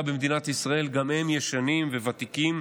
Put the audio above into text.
במדינת ישראל גם הם ישנים וותיקים.